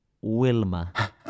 Wilma